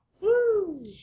Woo